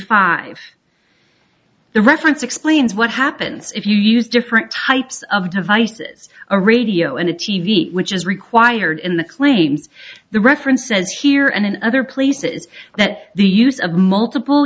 five the reference explains what happens if you use different types of devices a radio and a t v which is required in the claims the reference says here and in other places that the use of multiple